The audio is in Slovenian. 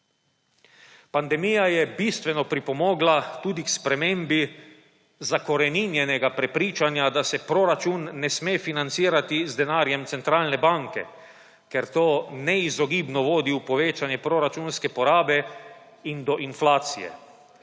Pandemija je bistveno pripomogla tudi k spremembi zakoreninjenega prepričanja, da se proračun ne sme financirati z denarjem centralne banke, ker to neizogibno vodi v povečanje proračunske porabe in do inflacije.